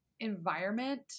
environment